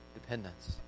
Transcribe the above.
dependence